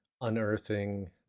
unearthing